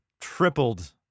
tripled